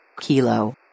Kilo